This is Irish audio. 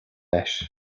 leis